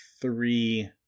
three